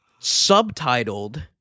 subtitled